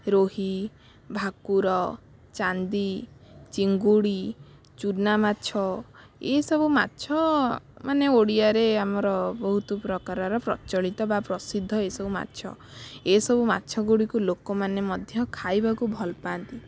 ରୋହି ଭାକୁର ଚାନ୍ଦୀ ଚିଙ୍ଗୁଡ଼ି ଚୂନା ମାଛ ଏଇସବୁ ମାଛମାନେ ଓଡ଼ିଆରେ ଆମର ବହୁତ ପ୍ରକାରର ପ୍ରଚଳିତ ବା ପ୍ରସିଦ୍ଧ ଏଇସବୁ ମାଛ ଏଇସବୁ ମାଛ ଗୁଡ଼ିକୁ ଲୋକମାନେ ମଧ୍ୟ ଖାଇବାକୁ ଭଲ ପାଆନ୍ତି